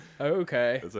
okay